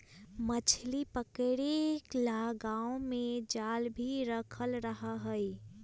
मछली के पकड़े ला गांव में जाल भी रखल रहा हई